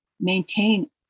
maintain